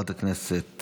חברת הכנסת